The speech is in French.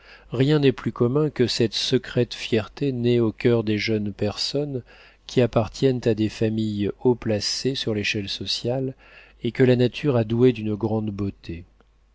rien n'est plus commun que cette secrète fierté née au coeur des jeunes personnes qui appartiennent à des familles haut placées sur l'échelle sociale et que la nature a douées d'une grande beauté